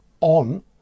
on